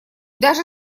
даже